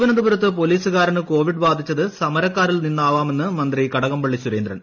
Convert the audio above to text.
തിരുവനന്തപുരത്ത് പൊലീസുകാരന് കോവിഡ് ബാധിച്ചത് സമരക്കാരിൽ നിന്നാവാമെന്ന് മന്ത്രി കടകംപള്ളി സുരേന്ദ്രൻ